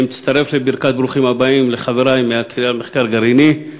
אני מצטרף לברכת ברוכים הבאים לחברי מהקריה למחקר גרעיני.